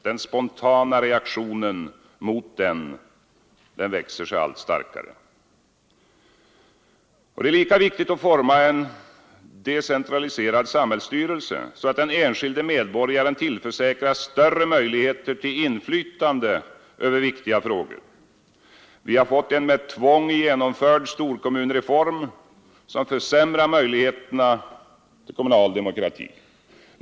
Den spontana reaktionen mot den växer sig allt starkare. Det är lika viktigt att forma en decentraliserad samhällsstyrelse, så att den enskilde medborgaren tillförsäkras större möjligheter till inflytande över viktiga frågor. Vi har fått en med tvång genomförd storkommunreform, som försämrar möjligheterna till kommunal demokrati.